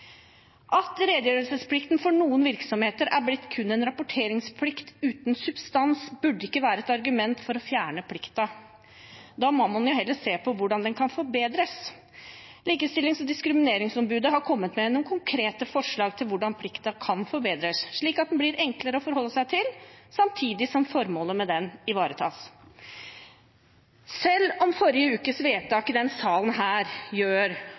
At redegjørelsesplikten for noen virksomheter er blitt kun en rapporteringsplikt uten substans, burde ikke være et argument for å fjerne plikten. Da må man heller se på hvordan den kan forbedres. Likestillings- og diskrimineringsombudet har kommet med noen konkrete forslag til hvordan plikten kan forbedres, slik at den blir enklere å forholde seg til, samtidig som formålet med den ivaretas. Selv om forrige ukes vedtak i denne salen gjør